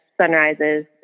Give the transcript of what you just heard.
sunrises